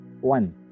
one